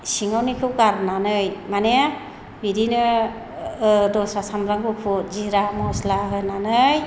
सिङावनिखौ गारनानै माने बिदिनो दस्रा सामब्राम गुफुर जिरा मस्ला होनानै